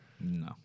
No